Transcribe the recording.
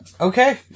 Okay